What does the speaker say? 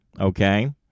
Okay